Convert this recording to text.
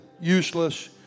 useless